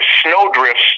snowdrifts